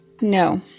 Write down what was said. No